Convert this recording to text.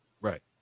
Right